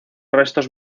restos